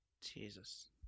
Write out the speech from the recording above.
Jesus